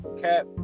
Cap